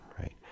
right